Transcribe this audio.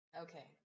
Okay